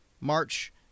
March